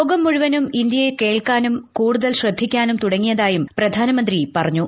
ലോകം മുഴുവനും ഇന്ത്യയെ കേൾക്കാനും കൂടുതൽ ശ്രദ്ധിക്കാനും തുടങ്ങിയ തായും പ്രധാനമന്ത്രി പറഞ്ഞു